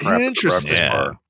interesting